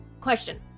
question